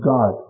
God